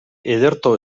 ederto